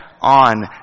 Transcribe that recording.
on